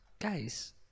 guys